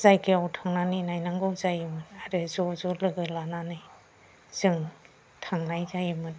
जायगायाव थांनानै नायनांगौ जायोमोन आरो ज' ज' लोगो लानानै जों थांनाय जायोमोन